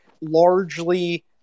largely